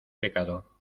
pecado